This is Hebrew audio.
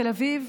תל אביב,